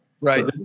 Right